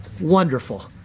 Wonderful